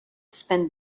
spend